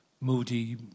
Moody